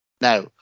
Now